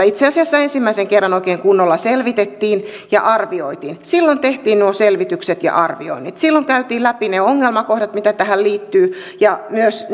itse asiassa ensimmäisen kerran oikein kunnolla selvitettiin ja arvioitiin silloin tehtiin nuo selvitykset ja arvioinnit silloin käytiin läpi ne ongelmakohdat mitä tähän liittyy ja myös